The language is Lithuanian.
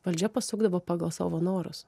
valdžia pasukdavo pagal savo norus